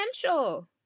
potential